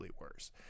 worse